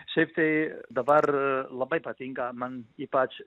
šiaip tai dabar labai patinka man ypač